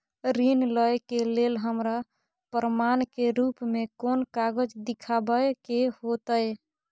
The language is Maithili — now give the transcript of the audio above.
ऋण लय के लेल हमरा प्रमाण के रूप में कोन कागज़ दिखाबै के होतय?